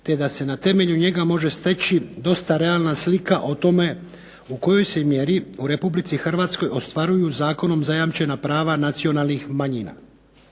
te da se na temelju njega može steći dosta realna slika o tome u kojoj se mjeri u Republici HRvatskoj ostvaruju zakonom zajamčena prava nacionalnih manjina.